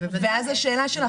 ואז השאלה שלך,